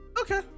Okay